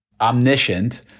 omniscient